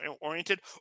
oriented